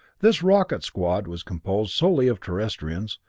this rocket squad was composed solely of terrestrians,